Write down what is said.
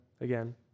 again